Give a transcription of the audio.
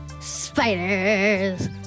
spiders